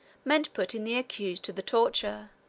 meant putting the accused to the torture,